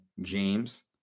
James